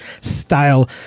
style